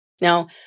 Now